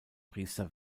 priester